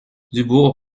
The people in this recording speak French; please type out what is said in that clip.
dubourg